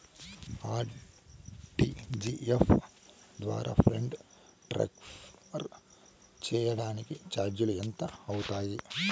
RTGS ద్వారా funds transfer సేయడానికి చార్జీలు ఎంత అవుతుంది